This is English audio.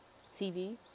TV